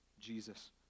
Jesus